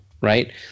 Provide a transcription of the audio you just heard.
right